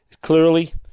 clearly